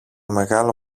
μεγάλο